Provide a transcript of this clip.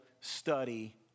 study